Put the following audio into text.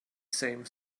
same